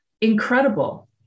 incredible